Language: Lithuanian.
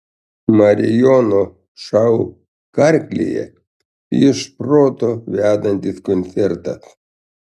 marijono šou karklėje iš proto vedantis koncertas